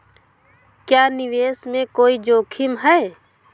क्या निवेश में कोई जोखिम है?